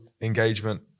engagement